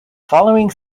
following